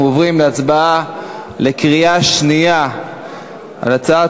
אנחנו עוברים להצבעה בקריאה שנייה על הצעת